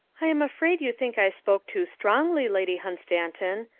i am afraid you think i spoke too strongly, lady hunstanton.